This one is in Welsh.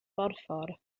borffor